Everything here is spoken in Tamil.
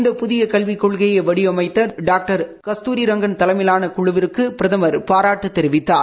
இந்த புதிய கல்விக் கொள்கையை வடிவமைத்த டாக்டர் கஸ்தூரிரங்கன் தலைமையிலான குழுவுக்கு பிரதமர் பாராட்டு தெரிவித்தார்